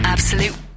Absolute